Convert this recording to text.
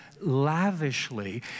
lavishly